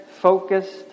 focused